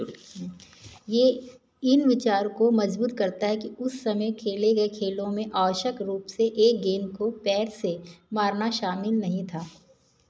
यह इन विचार को मज़बूत करता है कि उन समय खेले गए खेलों में आवश्यक रूप से एक गेंद को पैर से मारना शामिल नहीं था